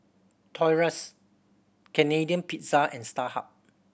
Toy Us Canadian Pizza and Starhub